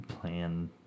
plan